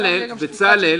בצלאל.